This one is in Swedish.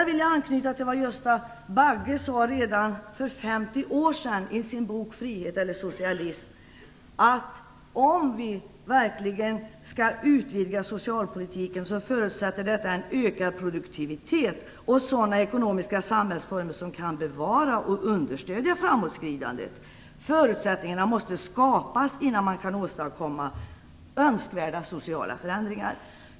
Jag vill här anknyta till vad Gösta Bagge redan för 50 år sedan sade i sin bok Frihet eller socialism, nämligen att om vi verkligen skall utvidga socialpolitiken, så förutsätter detta en ökad produktivitet och sådana ekonomiska samhällsformer som kan bevara och understödja framåtskridandet; förutsättningarna måste skapas innan man kan åstadkomma önskvärda sociala förändringar.